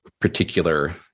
particular